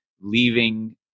leaving